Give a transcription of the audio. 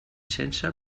sense